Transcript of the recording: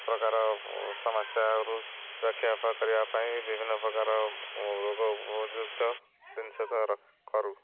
ପ୍ରକାର ସମସ୍ୟାାରୁ ରକ୍ଷା କରିବା ପାଇଁ ବିଭିନ୍ନ ପ୍ରକାର ରୋଗ ଉପଯୁକ୍ତ ଜିନିଷ କରୁ